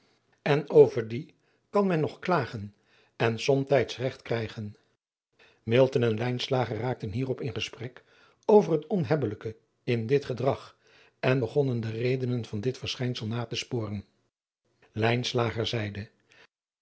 n over die kan men nog klagen en somtijds regt krijgen en raakten hierop in gesprek over het onhebbelijke in dit gedrag en begonnen de redenen van dit verschijnsel na te sporen zeide